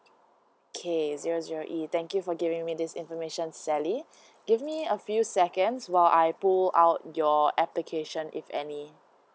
okay zero zero E thank you for giving me this information sally give me a few seconds while I pull out your application if any